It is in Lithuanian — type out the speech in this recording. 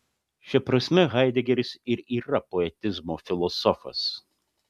šia prasme haidegeris ir yra poetizmo filosofas